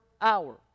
hour